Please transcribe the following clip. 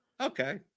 Okay